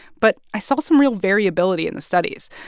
but i saw some real variability in the studies.